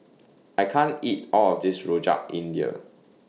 I can't eat All of This Rojak India